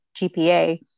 GPA